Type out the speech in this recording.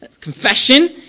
confession